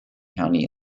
county